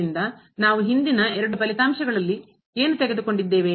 ಆದ್ದರಿಂದ ನಾವು ಹಿಂದಿನ ಎರಡು ಫಲಿತಾಂಶಗಳಲ್ಲಿ ಏನು ತೆಗೆದುಕೊಂಡಿದ್ದೇವೆ